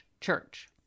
church